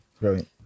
brilliant